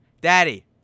Daddy